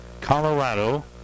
Colorado